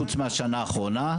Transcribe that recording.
מלבד בשנה האחרונה,